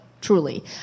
truly